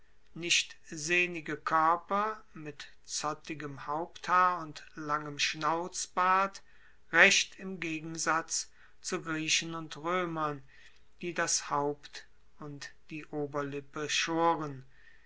nicht sehnige koerper mit zottigem haupthaar und langem schnauzbart recht im gegensatz zu griechen und roemern die das haupt und die oberlippe schoren